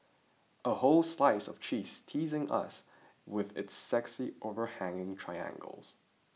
a whole slice of cheese teasing us with its sexy overhanging triangles